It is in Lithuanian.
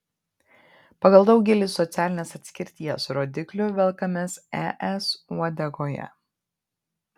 pagal daugelį socialinės atskirties rodiklių velkamės es uodegoje